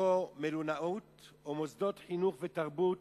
יבוא "מלונאות או מוסדות חינוך ותרבות